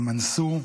הם אנסו,